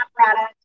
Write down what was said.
apparatus